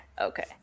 Okay